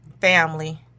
family